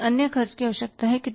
कितने अन्य खर्च की आवश्यकता है